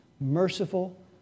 merciful